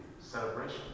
Celebration